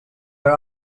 are